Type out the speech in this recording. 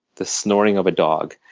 the snoring of a dog,